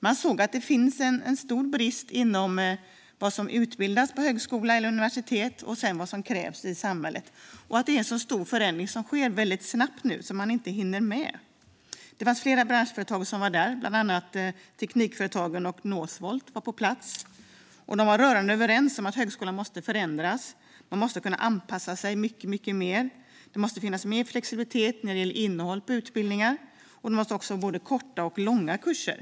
Man har sett att det finns en stor brist vad gäller kopplingen mellan vad det utbildas i på högskolor och universitet och vad som krävs i samhället. Det är en stor förändring som sker snabbt nu, och utbildningsområdet hinner inte med. Flera branschföretag var där, bland annat Teknikföretagen och Northvolt. De var rörande överens om att högskolan måste förändras och kunna anpassa sig mycket mer. Det måste finnas mer flexibilitet när det gäller innehållet i utbildningar, och det måste finnas både korta och långa kurser.